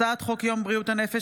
הצעת חוק יום בריאות הנפש,